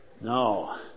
no